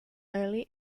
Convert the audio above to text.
early